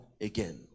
again